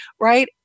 right